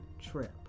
trip